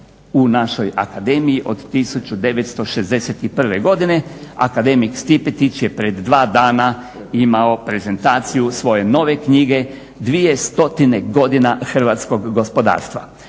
u našoj akademiji od 1961. godine. Akademik Stipetić je pred dva dana imao prezentaciju svoje nove knjige "200 godina hrvatskog gospodarstva".